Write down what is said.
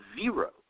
Zero